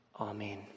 Amen